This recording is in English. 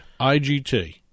IGT